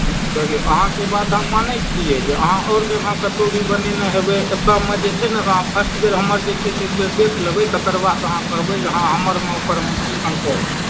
देखिऔ अहाँके ई बात हम मानै छिए जे अहाँ आओर जगह कतहु भी बनेने हेबै कममे जे छै ने अहाँ फर्स्टबेर हमर जे छै से एक बेर देख लेबै तकर बाद अहाँ कहबै जे हँ हमरमे आ ओकरमे की अन्तर छै